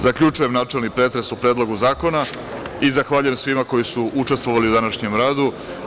Zaključujem načelni pretres o Predlogu zakona i zahvaljujem svima koji su učestvovali u današnjem radu.